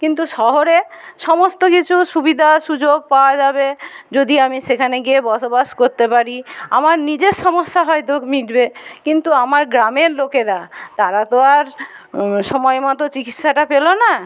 কিন্তু শহরে সমস্ত কিছু সুবিধা সুযোগ পাওয়া যাবে যদি আমি সেখানে গিয়ে বসবাস করতে পারি আমার নিজের সমস্যা হয়তো মিটবে কিন্তু আমার গ্রামের লোকেরা তারা তো আর সময় মতো চিকিৎসাটা পেলো না